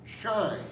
shine